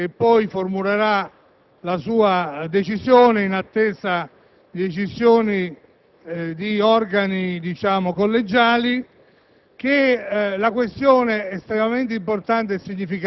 al Presidente del Senato, che poi formulerà la sua decisione in attesa di decisioni di organi collegiali,